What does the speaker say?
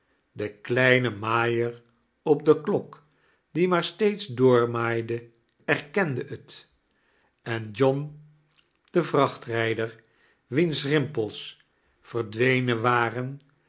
de kleine maaier op de klok die maar steeds doormaaide erkende het en john de vrachtrijder wiens rimpels verdwenen waren